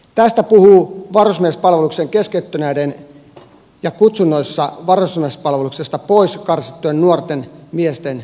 tästä puhuu varusmiespalveluksen keskeyttäneiden ja kutsunnoissa varusmiespalveluksesta pois karsittujen nuorten miesten suuri määrä